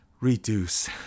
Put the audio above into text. reduce